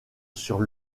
sur